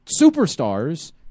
superstars